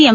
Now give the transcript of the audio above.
M